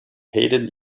hated